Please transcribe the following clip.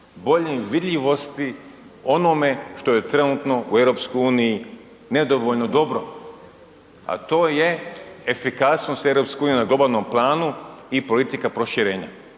boljoj vidljivosti onome što je trenutno u EU nedovoljno dobro, a to je efikasnost EU na globalnom planu i politika proširenja.